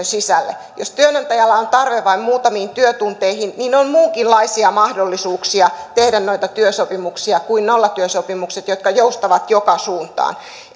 sisälle jos työnantajalla on tarve vain muutamiin työtunteihin niin on muunkinlaisia mahdollisuuksia tehdä noita työsopimuksia kuin nollatyösopimukset jotka joustavat joka suuntaan